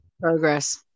progress